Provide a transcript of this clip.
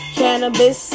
cannabis